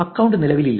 account നിലവിലില്ല